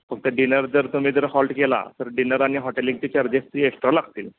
फक्त डिनर जर तुम्ही जर हॉल्ट केला तर डिनर आणि हॉटेलिंगचे चार्जेस ती एक्स्ट्रा लागतील